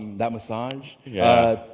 that massage. yeah,